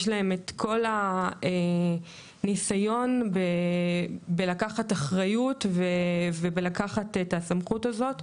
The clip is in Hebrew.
יש להם כל הניסיון בלקחת אחריות ובלקחת את הסמכות הזאת,